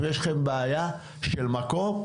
אם יש לכם בעיה של מקום,